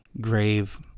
grave